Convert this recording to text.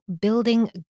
building